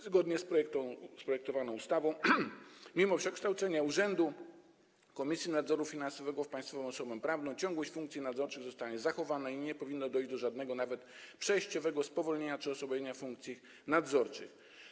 Zgodnie z projektowaną ustawą mimo przekształcenia Urzędu Komisji Nadzoru Finansowego w państwową osobę prawną ciągłość funkcji nadzorczych zostanie zachowana i nie powinno dojść do żadnego, nawet przejściowego, spowolnienia czy osłabienia funkcji nadzorczych.